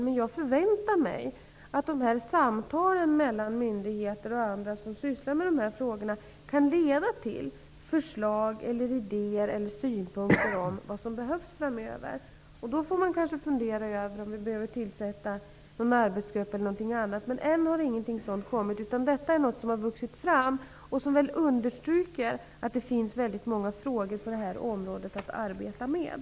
Men jag förväntar mig att dessa samtal mellan myndigheter och andra som sysslar med dessa frågor skall leda till förslag och idéer om vad som behövs framöver. Då får vi fundera över om vi behöver tillsätta en arbetsgrupp eller göra något annat. Än har inget sådant kommit fram, utan detta är någonting som har vuxit fram på tjänstemannainitiativ och som väl understryker att det finns väldigt många frågor på det här området att arbeta med.